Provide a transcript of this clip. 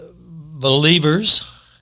believers